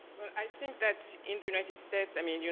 i think that in the united states, i mean,